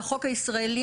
והחוק הישראלי,